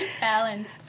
balanced